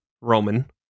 Roman